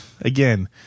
Again